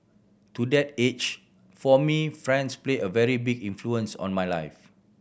to that age for me friends played a very big influence on my life